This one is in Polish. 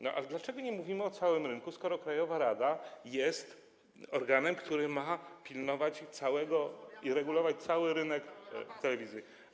No ale dlaczego nie mówimy o całym rynku, skoro krajowa rada jest organem, który ma pilnować tego i regulować cały rynek telewizyjny?